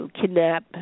Kidnap